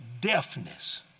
deafness